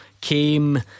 Came